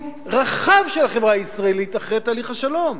רחב של החברה הישראלית אחרי תהליך השלום.